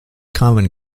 common